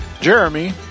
Jeremy